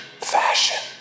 fashion